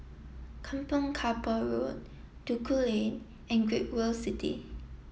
Kampong Kapor Road Duku Lane and Great World City